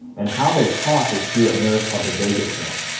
and how they talk is through a nerve called the vagus nerve,